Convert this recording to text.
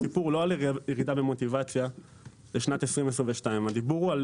הסיפור הוא לא ירידה במוטיבציה לשנת 2022. הדיבור הוא על